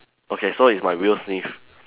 okay so it's by Will Smith